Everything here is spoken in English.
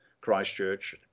Christchurch